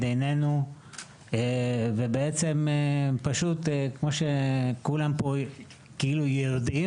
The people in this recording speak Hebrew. עינינו ובעצם פשוט כמו שכולם פה כאילו יודעים,